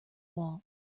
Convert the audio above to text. wall